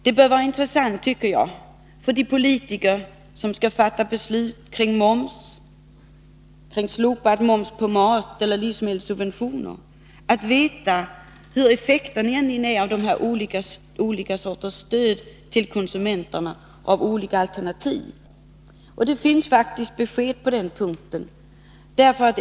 Det bör vara intressant för de politiker som skall fatta beslut om moms, om slopande av moms på mat eller om livsmedelssubventioner att veta, hur effekterna egentligen blir av olika alternativ när det gäller dessa typer av stöd till konsumenterna. Det finns faktiskt besked på den punkten.